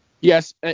Yes